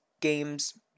games